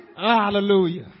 Hallelujah